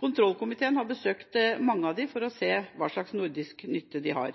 Kontrollkomiteen har besøkt mange av dem for å se hva slags nordisk nytte de har,